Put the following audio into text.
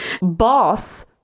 Boss